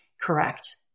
Correct